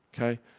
Okay